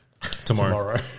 tomorrow